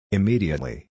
Immediately